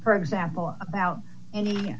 for example about any